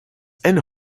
and